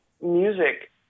music